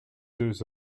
deux